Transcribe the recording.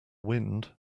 wind